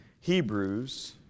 Hebrews